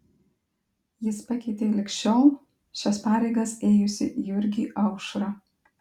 jis pakeitė lig šiol šias pareigas ėjusį jurgį aušrą